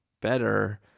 better